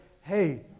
hey